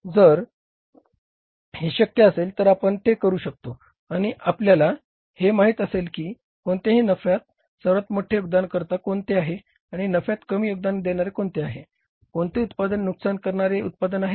तर जर हे शक्य असेल तर आपण ते करू शकतो आणि आपल्याला हे माहित असेल की कोणत्या नफ्यात सर्वात मोठे योगदानकर्ता कोणते आहे आणि नफ्यात कमी योगदान देणारे कोणते आहे कोणते उत्पादन नुकसान करणारे उत्पादन आहे